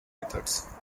methods